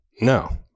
No